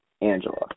Angela